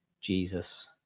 Jesus